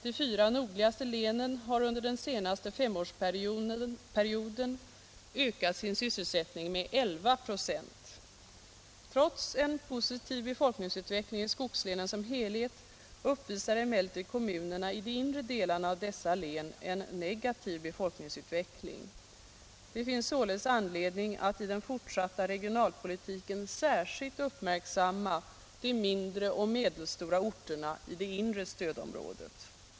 De fyra nordligaste länen har under den senaste femårsperioden ökat sin sysselsättning med 11 946. Trots en positiv befolkningsutveckling i skogslänen som helhet uppvisar emellertid kommunerna i de inre delarna av dessa län en negativ befolkningsutveckling. Det finns således anledning att i den fortsatta regionalpolitiken särskilt uppmärksamma de mindre och medelstora orterna i det inre stödområdet.